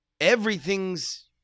everything's